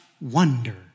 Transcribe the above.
wonder